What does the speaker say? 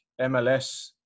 MLS